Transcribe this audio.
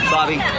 Bobby